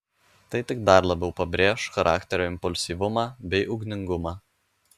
tai tik dar labiau pabrėš charakterio impulsyvumą bei ugningumą